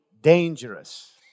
dangerous